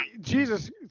Jesus